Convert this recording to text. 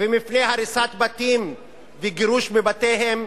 ומפני הריסת בתים וגירוש מבתיהם,